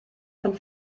von